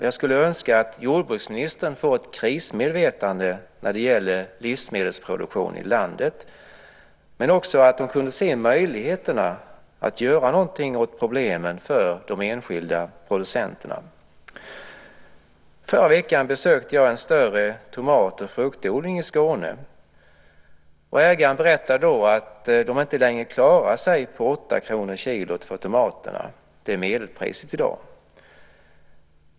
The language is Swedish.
Jag skulle önska att jordbruksministern får ett krismedvetande när det gäller livsmedelsproduktion i landet men också att hon kunde se möjligheterna att göra någonting åt problemen för de enskilda producenterna. I förra veckan besökte jag en större tomat och fruktodling i Skåne. Ägaren berättade att man inte längre klarade sig på 8 kr per kilo för tomaterna. Det är medelpriset i dag.